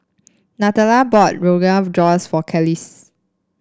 Natalya bought Rogan of Josh for Kelis